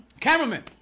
Cameraman